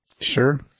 sure